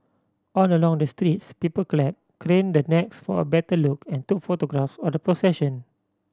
all along the streets people clapped craned their necks for a better look and took photographs of the procession